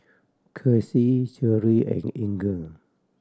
Kelsi Cherrie and Inger